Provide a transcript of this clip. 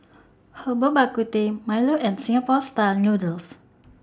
Herbal Bak Ku Teh Milo and Singapore Style Noodles